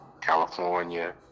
California